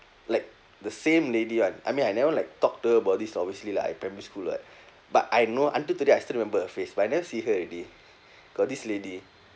like the same lady [one] I mean I never like talk to her about this obviously lah I primary school [what] but I know until today I still remember her face but I never see her already got this lady